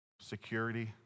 security